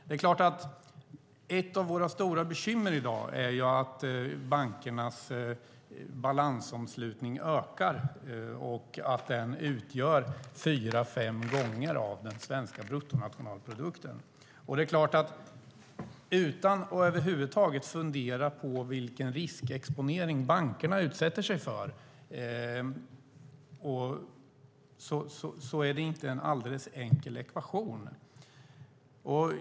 Det är klart att ett av våra stora bekymmer i dag är att bankernas balansomslutning ökar och att den utgör fyra fem gånger av den svenska bruttonationalprodukten. Om man över huvud taget inte funderar på vilken riskexponering bankerna utsätter sig för är det inte en alldeles enkel ekvation.